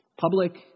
Public